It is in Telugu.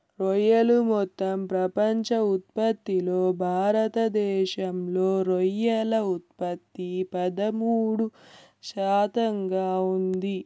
రొయ్యలు మొత్తం ప్రపంచ ఉత్పత్తిలో భారతదేశంలో రొయ్యల ఉత్పత్తి పదమూడు శాతంగా ఉంది